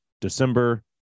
December